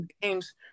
games